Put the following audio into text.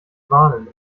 warnen